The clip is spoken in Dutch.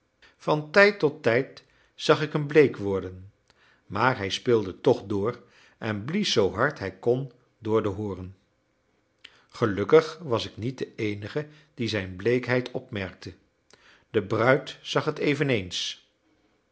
van tijd tot tijd zag ik hem bleek worden maar hij speelde toch door en blies zoo hard hij kon door den horen gelukkig was ik niet de eenige die zijn bleekheid opmerkte de bruid zag het eveneens